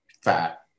fat